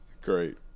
great